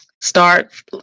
start